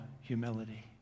humility